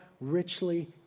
richly